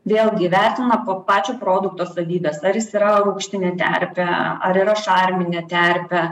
vėlgi įvertina to pačio produkto savybes ar jis yra rūgštinė terpė ar yra šarminė terpė